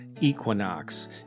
equinox